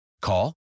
Call